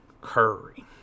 Curry